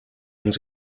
uns